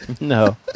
No